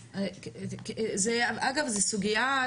אגב זה סוגיה,